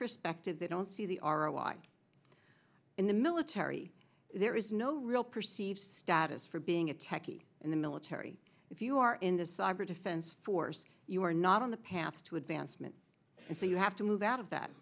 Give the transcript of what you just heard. perspective they don't see the are alike in the military there is no real perceived status for being a techie in the military if you are in the cyber defense force you are not on the path to advancement so you have to move out of that